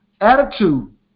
attitude